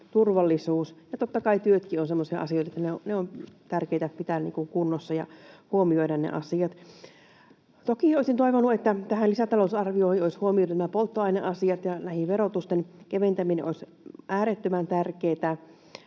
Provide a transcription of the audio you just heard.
turvallisuus ja totta kai työtkin ovat semmoisia asioita, että ne on tärkeätä pitää kunnossa ja huomioida. Toki olisin toivonut, että tässä lisätalousarviossa olisi huomioitu polttoaineasiat, ja näissä verotuksen keventäminen olisi äärettömän tärkeätä.